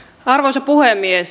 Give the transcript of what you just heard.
arvoisa puhemies